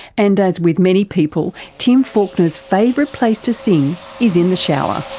and as with many people, tim falconer's favourite place to sing is in the shower.